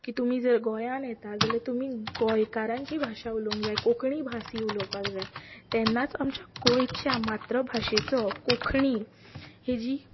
की तुमी जर गोंयांत येता जाल्यार तुमी गोंयकारांची भाशा उलोवंक जाय कोंकणी भास ही उलोवपाक जाय तेन्नाच आमच्या गोंयच्या मात्रभाशेचो कोंकणी हेजी